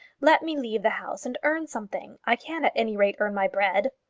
let me leave the house and earn something. i can at any rate earn my bread.